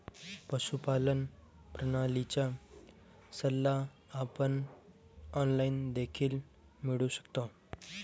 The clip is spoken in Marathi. पशुपालन प्रणालीचा सल्ला आपण ऑनलाइन देखील मिळवू शकतो